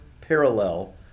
parallel